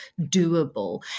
doable